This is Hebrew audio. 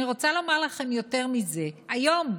אני רוצה לומר לכם יותר מזה: היום,